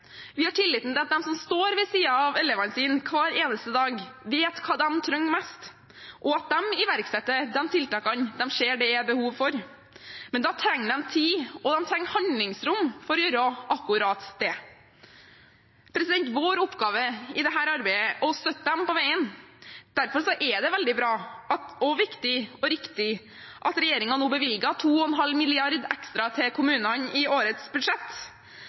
Vi har tillit til at de som står ved siden av elevene sine hver eneste dag, vet hva de trenger mest, og at de iverksetter de tiltakene de ser det er behov for. Men da trenger de tid, og de trenger handlingsrom for å gjøre akkurat det. Vår oppgave i dette arbeidet er å støtte dem på veien. Derfor er det veldig bra, viktig og riktig at regjeringen nå bevilger 2,5 mrd. kr ekstra til kommunene i årets budsjett,